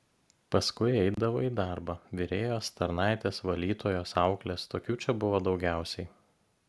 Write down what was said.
paskui eidavo į darbą virėjos tarnaitės valytojos auklės tokių čia buvo daugiausiai